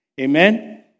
Amen